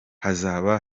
hazaba